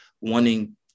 wanting